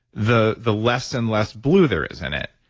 the the less and less blue there is in it.